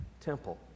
temple